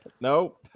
No